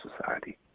society